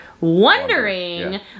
wondering